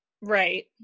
right